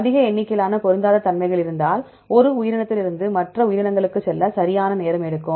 அதிக எண்ணிக்கையிலான பொருந்தாத தன்மைகள் இருந்தால் ஒரு உயிரினத்திலிருந்து மற்ற உயிரினங்களுக்குச் செல்ல சரியான நேரம் எடுக்கும்